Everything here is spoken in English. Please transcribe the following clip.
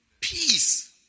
peace